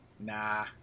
nah